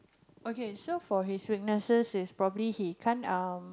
okay so for his weaknesses is probably he can't um